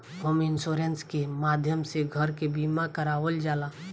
home insurance के माध्यम से घर के बीमा करावल जाला